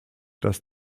dass